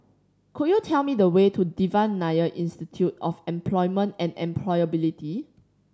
could you tell me the way to Devan Nair Institute of Employment and Employability